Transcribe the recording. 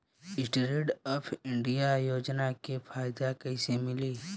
Stand up India योजना के फायदा कैसे मिली?